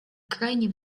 крайне